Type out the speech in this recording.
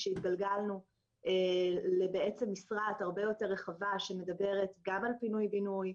כשהתגלגלנו למשרעת הרבה יותר רחבה שמדברת גם על פינוי-בינוי,